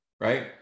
right